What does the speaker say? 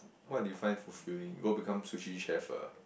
what do you find fulfilling go become sushi chef ah